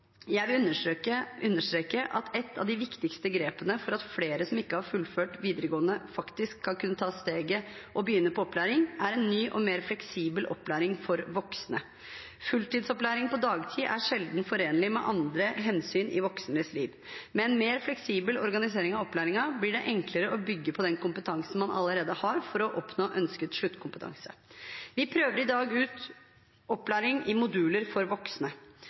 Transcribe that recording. Jeg vil understreke at et av de viktigste grepene for at flere som ikke har fullført videregående, faktisk skal kunne ta steget å begynne på opplæring, er en ny og mer fleksibel opplæring for voksne. Fulltidsopplæring på dagtid er sjelden forenelig med andre hensyn i voksnes liv. Med en mer fleksibel organisering av opplæringen blir det enklere å bygge på den kompetansen man allerede har for å oppnå ønsket sluttkompetanse. Vi prøver i dag ut opplæring i moduler for voksne.